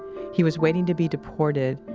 he was waiting to be deported,